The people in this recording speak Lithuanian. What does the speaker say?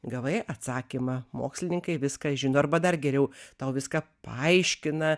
gavai atsakymą mokslininkai viską žino arba dar geriau tau viską paaiškina